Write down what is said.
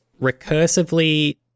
recursively